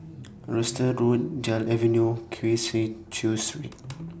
Road Gul Avenue See Cheow Street